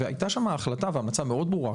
הייתה שם החלטה והמלצה מאוד ברורה.